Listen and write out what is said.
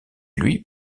lui